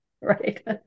right